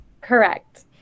Correct